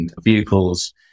vehicles